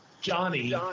Johnny